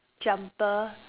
jumper